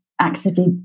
actively